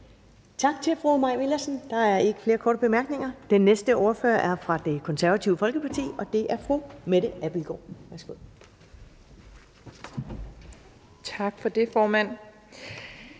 Tak til fru Mai Villadsen. Der er ikke flere korte bemærkninger. Den næste ordfører er fra Det Konservative Folkeparti, og det er fru Mette Abildgaard. Værsgo. Kl. 12:25 (Ordfører)